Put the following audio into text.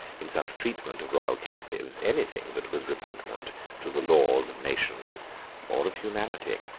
in such a treatment of royal captives, any thing that was repugnant to the laws of nations or of humanity.